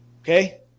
Okay